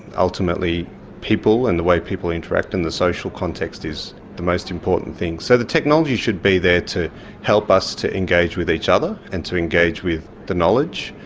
ultimately people and the way people interact and the social context is the most important thing. so the technology should be there to help us to engage with each other and to engage with the knowledge,